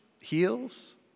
heals